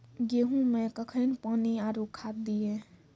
गेहूँ मे कखेन पानी आरु खाद दिये?